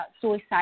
suicide